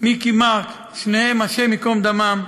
מיכי מרק, שניהם, השם ייקום דמם,